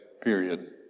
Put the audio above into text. period